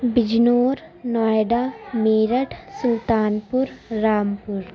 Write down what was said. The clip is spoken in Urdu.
بجنور نوئیڈا میرٹھ سلطان پور رام پور